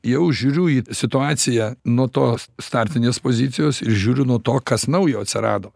jau žiūriu į situaciją nuo tos startinės pozicijos ir žiūriu nuo to kas naujo atsirado